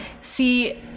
See